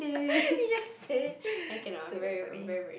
ya same so damn funny